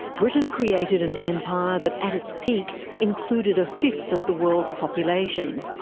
britain created an empire that at its peak included a fifth of the world's population.